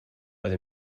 oedd